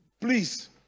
please